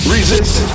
Resist